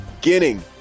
beginning